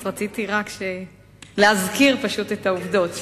אז רציתי רק להזכיר פשוט את העובדות,